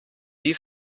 die